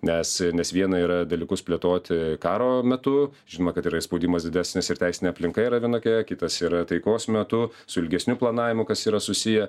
nes nes viena yra dalykus plėtoti karo metu žinoma kad yra spaudimas didesnis ir teisinė aplinka yra vienokia kitas yra taikos metu su ilgesniu planavimu kas yra susiję